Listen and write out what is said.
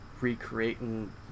recreating